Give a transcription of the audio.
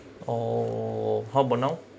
oh how about now